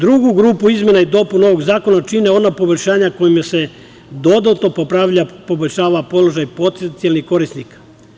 Drugu grupu izmena i dopuna ovog zakona čine ona poboljšanja kojima se dodatno poboljšava položaj potencijalnih korisnika.